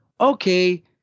Okay